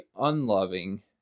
unloving